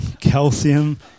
calcium